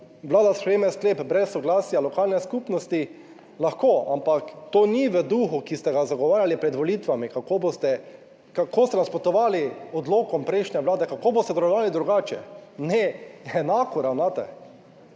Vlada sprejme sklep brez soglasja lokalne skupnosti, lahko, ampak to ni v duhu, ki ste ga zagovarjali pred volitvami, kako boste, kako ste nasprotovali odlokom prejšnje vlade, kako boste ravnali drugače. Ne, enako ravnate.